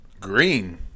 Green